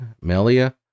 Melia